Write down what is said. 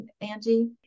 Angie